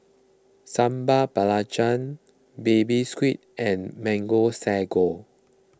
Sambal Belacan Baby Squid and Mango Sago